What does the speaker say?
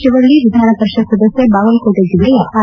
ತಿವಳ್ಳಿ ವಿಧಾನ ಪರಿಷತ್ ಸದಸ್ತ ಬಾಗಲಕೋಟೆ ಜಿಲ್ಲೆಯ ಆರ್